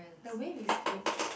the way we speak